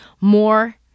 more